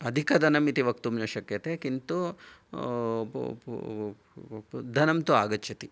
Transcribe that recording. अधिकधनमिति वक्तुं न शक्यते किन्तु धनं तु आगच्छति